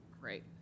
Great